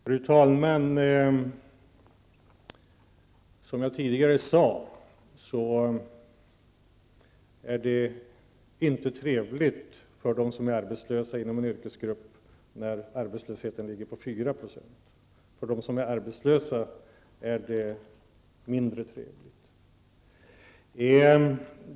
Fru talman! Som jag tidigare sade är det inte trevligt för dem som är arbetslösa inom en yrkesgrupp när arbetslösheten ligger på 4 %. För dem som är arbetslösa är det mindre trevligt.